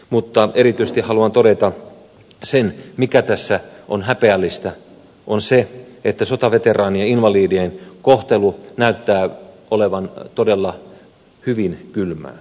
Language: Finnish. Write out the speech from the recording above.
mutta erityisesti haluan todeta sen mikä tässä on häpeällistä että sotaveteraanien ja invalidien kohtelu näyttää olevan todella hyvin kylmää